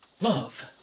love